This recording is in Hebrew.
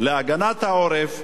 להגנת העורף,